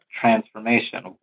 transformation